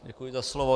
Děkuji za slovo.